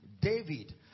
David